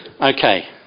Okay